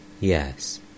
yes